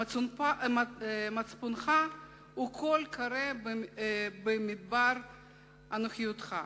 "מצפונך הוא קול קורא במדבר אנוכיותך,